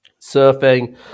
surfing